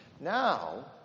Now